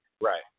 Right